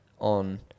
On